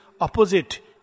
opposite